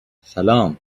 سلام